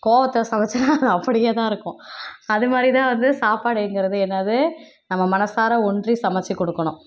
கோவத்தில் சமைச்சேனா அது அப்படியேதான் இருக்கும் அதுமாதிரிதான் வந்து சாப்பாடுங்கிறது என்னது நம்ம மனதார ஒன்றி சமைச்சு கொடுக்கணும்